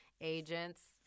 agents